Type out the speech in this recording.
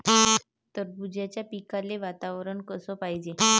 टरबूजाच्या पिकाले वातावरन कस पायजे?